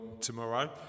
tomorrow